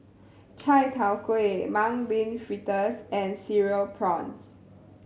Chai Tow Kuay Mung Bean Fritters and Cereal Prawns